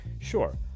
sure